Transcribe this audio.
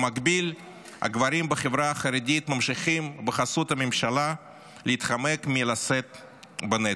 במקביל הגברים בחברה החרדית ממשיכים להתחמק מלשאת בנטל,